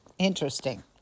Interesting